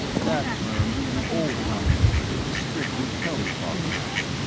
that term, the old time way, is strictly telly talk, max.